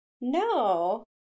No